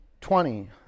twenty